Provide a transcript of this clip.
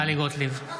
טלי גוטליב?